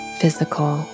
physical